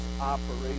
operation